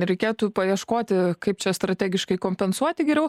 reikėtų paieškoti kaip čia strategiškai kompensuoti geriau